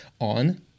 on